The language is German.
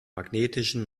magnetischen